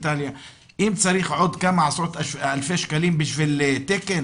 אם צריך עוד כמה עשרות אלפי שקלים בשביל תקן,